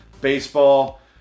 baseball